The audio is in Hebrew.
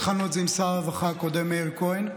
התחלנו את זה עם שר הרווחה הקודם מאיר כהן,